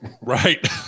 Right